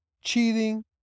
cheating